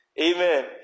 Amen